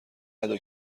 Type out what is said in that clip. ادا